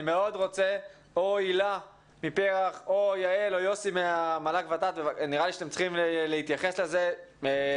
אני מאוד רוצה שהילה מפר"ח או יעל או יוסי מהמל"ג ות"ת יתייחסו אליהן.